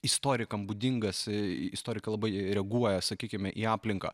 istorikam būdingas istorikai labai reaguoja sakykime į aplinką